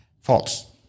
False